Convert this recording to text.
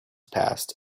passed